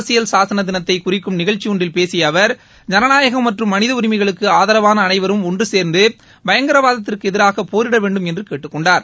அரசியல் சாசன தினத்தை குறிக்கும் நிகழ்ச்சி ஒன்றில் பேசிய அவர் ஜனநாயகம் மற்றும் மனித உரிமைகளுக்கு ஆதரவாள அனைவரும் ஒன்று சேர்ந்து பயங்கரவாதத்திற்கு எதிராக போரிட வேண்டும் என்று கேட்டுக்கொண்டார்